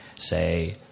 Say